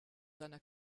seiner